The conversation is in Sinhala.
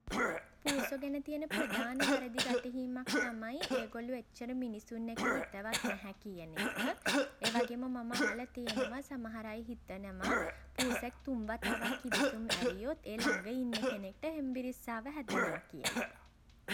පූසෝ ගැන තියෙන ප්‍රධාන වැරදි වැටහීමක් තමයි ඒගොල්ලෝ එච්චර මිනිසුන් එක්ක හිතවත් නැහැ කියන එක. ඒවගේම මම අහල තියෙනවා සමහර අය හිතනවා පූසෙක් තුන් වතාවක් කිවිසුම් ඇරියොත් ඒ ළඟ ඉන්න කෙනෙක්ට හෙම්බිරිස්සාව හැදෙනවා කියලා.